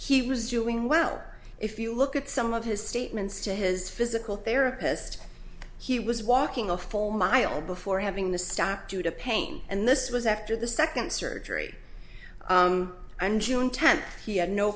he was doing well if you look at some of his statements to his physical therapist he was walking a full mile before having the stop due to pain and this was after the second surgery on june tenth he had no